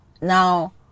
now